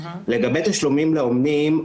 לגבי תשלומים לאומנים,